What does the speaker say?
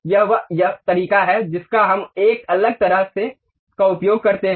यह वह तरीका है जिसका हम एक अलग तरह का उपयोग करते हैं